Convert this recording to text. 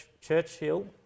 Churchill